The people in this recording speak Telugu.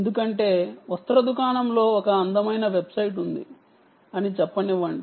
ఎందుకంటే వస్త్ర దుకాణం కి ఒక అందమైన వెబ్సైట్ ఉంది అని అనుకుందాం